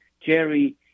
Jerry